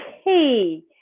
okay